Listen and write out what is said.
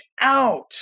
out